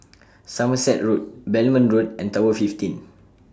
Somerset Road Belmont Road and Tower fifteen